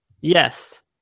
yes